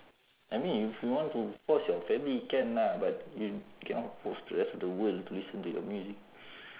I mean if you want to force your family can lah but you cannot force the rest of the world to listen to your music